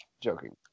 Joking